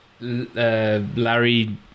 Larry